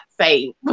say